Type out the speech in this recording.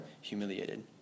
humiliated